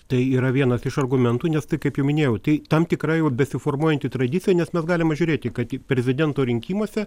tai yra vienas iš argumentų nes tai kaip jau minėjau tai tam tikra jau besiformuojanti tradicija nes mes galima žiūrėti kad į prezidento rinkimuose